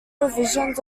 revisions